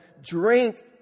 drink